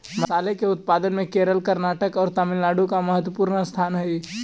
मसाले के उत्पादन में केरल कर्नाटक और तमिलनाडु का महत्वपूर्ण स्थान हई